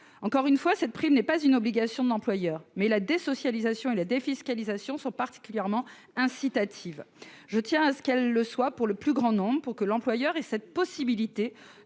code de l'éducation. La prime n'est pas une obligation pour l'employeur, mais la désocialisation et la défiscalisation sont particulièrement incitatives. Je tiens à ce qu'elles le soient pour le plus grand nombre, afin de donner à l'employeur la possibilité